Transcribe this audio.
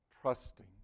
trusting